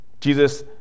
jesus